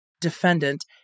defendant